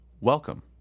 Welcome